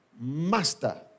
master